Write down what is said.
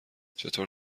چطور